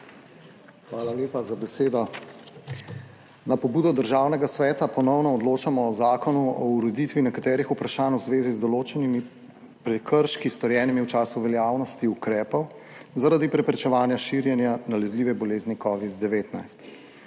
Hvala lepa za besedo. Na pobudo Državnega sveta ponovno odločamo o Zakonu o ureditvi nekaterih vprašanj v zvezi z določenimi prekrški, storjenimi v času veljavnosti ukrepov zaradi preprečevanja širjenja nalezljive bolezni COVID-19.